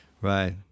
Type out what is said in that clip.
Right